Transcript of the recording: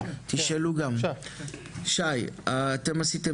אתם עשיתם